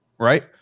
Right